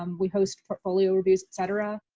um we host portfolio reviews, et cetera.